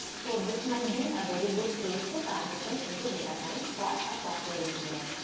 so this might be a very good place to transition into data science for a software engineer.